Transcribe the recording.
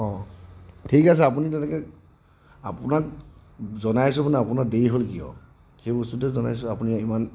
অ ঠিক আছে আপুনি তেনেকে আপোনাক জনাইছোঁ মানে আপোনাৰ দেৰি হ'ল কিয় সেই বস্তুটোহে জনাইছোঁ আপুনিহে সিমান